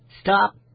Stop